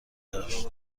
داشت